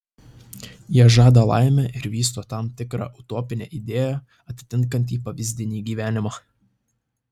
jie žada laimę ir vysto tam tikrą utopinę idėją atitinkantį pavyzdinį gyvenimą